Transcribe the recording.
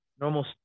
normal